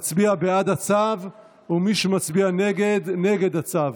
מצביע בעד הצו, ומי שמצביע נגד, נגד הצו.